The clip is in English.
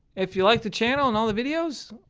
if you like the channel and all the videos,